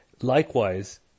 Likewise